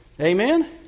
Amen